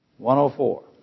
104